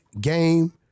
Game